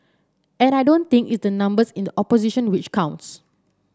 and I don't think it's the numbers in the opposition which counts